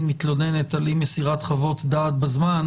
מתלוננת על אי-מסירת חוות דעת בזמן,